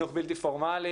חינוך בלתי פורמלי,